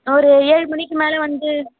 ஒரு ஏழு மணிக்கு மேலே வந்து